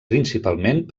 principalment